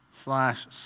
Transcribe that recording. slash